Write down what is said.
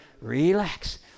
Relax